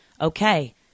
okay